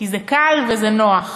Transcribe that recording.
כי זה קל וזה נוח.